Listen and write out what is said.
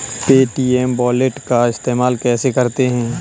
Paytm wallet का इस्तेमाल कैसे करते हैं?